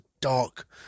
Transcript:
dark